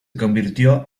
convirtió